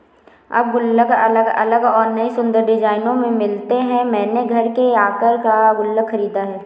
अब गुल्लक अलग अलग और नयी सुन्दर डिज़ाइनों में मिलते हैं मैंने घर के आकर का गुल्लक खरीदा है